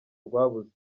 rwabuze